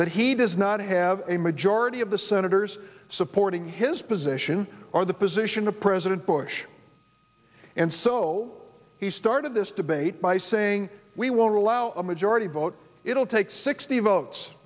that he does not have a majority of the senators supporting his position or the position of president bush and so he started this debate by saying we won't allow a majority vote it'll take sixty votes